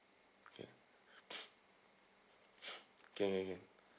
okay can can can